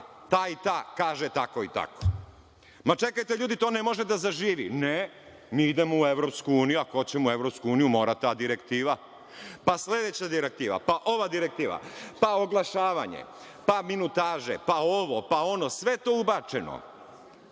ta i ta kaže tako i tako. Ma, čekajte, ljudi, to ne može da zaživi. Ne, mi idemo u EU, a ako hoćemo u EU, mora ta direktiva. Pa sledeća direktiva, pa ova direktiva, pa oglašavanje, pa minutaže, pa ovo, pa ono. Sve to ubačeno,